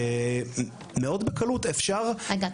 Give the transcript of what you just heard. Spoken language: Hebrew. ומאוד בקלות אפשר -- רגע,